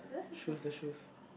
shoes the shoes